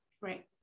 Right